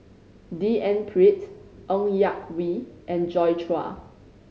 D N Pritt Ng Yak Whee and Joi Chua